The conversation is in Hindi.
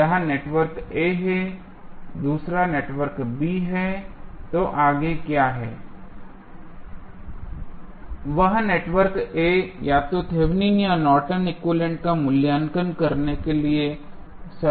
एक नेटवर्क A है दूसरा नेटवर्क B है तो आगे क्या है वह नेटवर्क A या तो थेवेनिन या नॉर्टन एक्विवैलेन्ट Nortons equivalent का मूल्यांकन करने के लिए सरलीकृत है